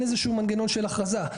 אין איזשהו מנגנון של הכרזה,